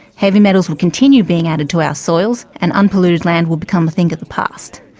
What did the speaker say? heavy metals will continue being added to our soils and unpolluted land will become a thing of the past.